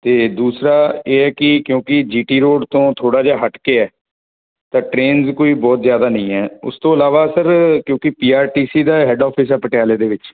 ਅਤੇ ਦੂਸਰਾ ਇਹ ਹੈ ਕਿ ਕਿਉਂਕਿ ਜੀਟੀ ਰੋਡ ਤੋਂ ਥੋੜ੍ਹਾ ਜਿਹਾ ਹੱਟ ਕੇ ਹੈ ਤਾਂ ਟ੍ਰੇਨ ਵੀ ਕੋਈ ਬਹੁਤ ਜ਼ਿਆਦਾ ਨਹੀਂ ਹੈ ਉਸ ਤੋਂ ਇਲਾਵਾ ਸਰ ਕਿਉਂਕਿ ਪੀ ਆਰ ਟੀ ਸੀ ਦਾ ਹੈਡ ਆਫਿਸ ਹੈ ਪਟਿਆਲੇ ਦੇ ਵਿੱਚ